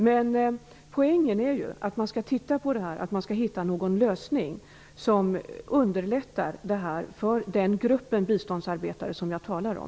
Men poängen är att man skall titta på detta och hitta en lösning som underlättar för den grupp av biståndsarbetare som jag talar om.